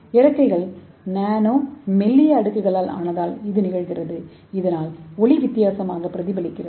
இறக்கைகள் நானோ மெல்லிய அடுக்குகளால் ஆனதால் இது நிகழ்கிறது இதனால் ஒளி வித்தியாசமாக பிரதிபலிக்கிறது